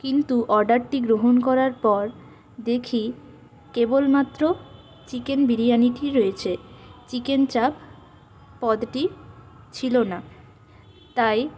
কিন্তু অর্ডারটি গ্রহণ করার পর দেখি কেবলমাত্র চিকেন বিরিয়ানিটি রয়েছে চিকেন চাপ পদটি ছিল না তাই